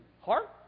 heart